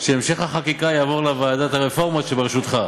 שהמשך החקיקה יעבור לוועדת הרפורמות שבראשותך.